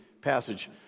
passage